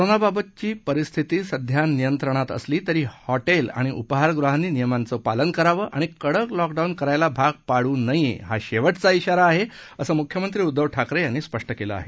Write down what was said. कोरोनाबाबतची परिस्थिती सध्या नियंत्रणात असली हॉटेल आणि उपाहारगृहांनी नियमांचं पालन करावं आणि कडक लॉकडाऊन करायला भाग पडू नये हा शेवटचा श्रारा आहे असं मुख्यमंत्री उद्धव ठाकरे यांनी स्पष्ट केलं आहे